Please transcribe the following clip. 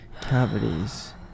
Cavities